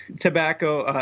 tobacco,